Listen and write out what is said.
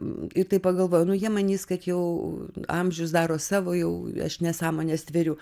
ir taip pagalvojau nu jie manys kad jau amžius daro savo jau aš nesąmones stveriu